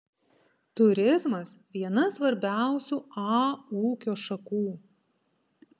turizmas viena svarbiausių a ūkio šakų